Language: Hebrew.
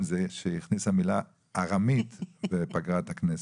זה שהיא הכניסה מילה ארמית לפגרת הכנסת.